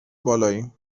بالاییم